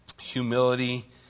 humility